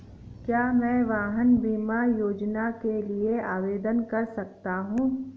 क्या मैं वाहन बीमा योजना के लिए आवेदन कर सकता हूँ?